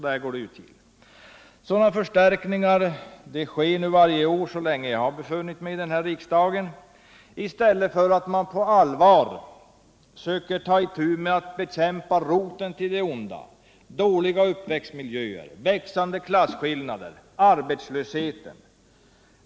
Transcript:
Sådana förstärkningar görs varje år, och har gjorts så länge jag har befunnit mig i denna riksdag, i stället för att man på allvar söker ta itu med att bekämpa roten till det onda: dåliga uppväxtmiljöer, växande klasskillnader, arbetslöshet.